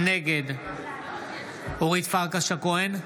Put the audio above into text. נגד אורית פרקש הכהן,